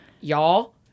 y'all